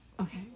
Okay